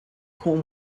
qu’au